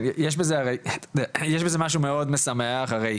יש בזה משהו מאוד משמח, הרי